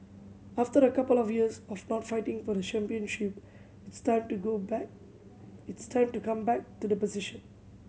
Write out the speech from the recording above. after a couple of years of not fighting for the championship it's time to go back it's time to come back to the position